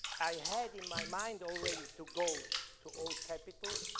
i had in my mind already to go to old capitol,